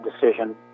decision